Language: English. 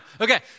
Okay